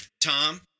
Tom